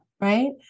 Right